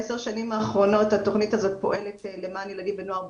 בעשר השנים האחרונות התוכנית הזאת פועלת למען ילדים ונוער בסיכון.